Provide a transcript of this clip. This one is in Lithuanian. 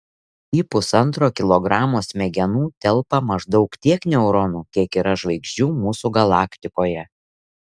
į pusantro kilogramo smegenų telpa maždaug tiek neuronų kiek yra žvaigždžių mūsų galaktikoje